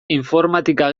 informatika